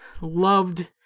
loved